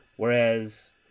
Whereas